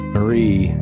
Marie